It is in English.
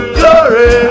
Glory